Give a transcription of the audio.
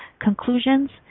conclusions